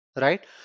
right